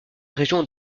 région